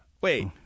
Wait